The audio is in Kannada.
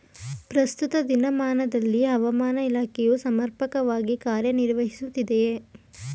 ಪ್ರಸ್ತುತ ದಿನಮಾನದಲ್ಲಿ ಹವಾಮಾನ ಇಲಾಖೆಯು ಸಮರ್ಪಕವಾಗಿ ಕಾರ್ಯ ನಿರ್ವಹಿಸುತ್ತಿದೆಯೇ?